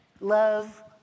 love